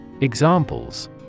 Examples